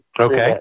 Okay